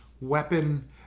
weapon